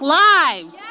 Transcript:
lives